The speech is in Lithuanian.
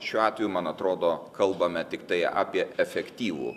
šiuo atveju man atrodo kalbame tiktai apie efektyvų